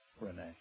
Rene